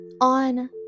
on